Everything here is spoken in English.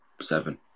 seven